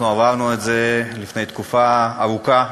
אנחנו עברנו את זה לפני תקופה ארוכה,